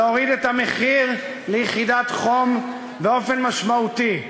להוריד את המחיר ליחידת חום באופן משמעותי,